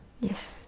yes